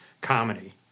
comedy